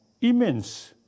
immense